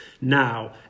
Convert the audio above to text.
Now